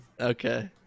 Okay